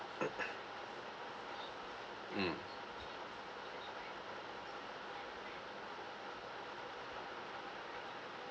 mm